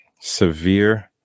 severe